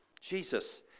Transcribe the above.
Jesus